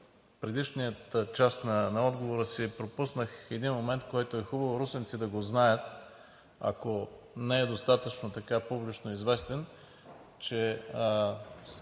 в предишната част на отговора си пропуснах един момент, който е хубаво русенци да го знаят, ако не е достатъчно публично известен – че